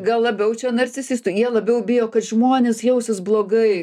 gal labiau čia narcisistai jie labiau bijo kad žmonės jausis blogai